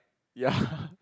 ya